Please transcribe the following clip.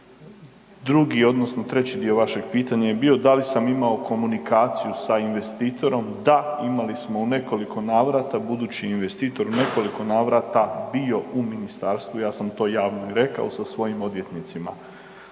Drugi odnosno treći dio vašeg pitanja je bio da li sam imao komunikaciju sa investitorom, da imali smo u nekoliko navrata, budući investitor u nekoliko navrata bio u ministarstvu ja sam to javno i rekao sa svojim odvjetnicima.